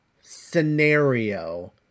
scenario